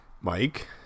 Mike